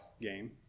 game